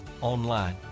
online